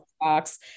box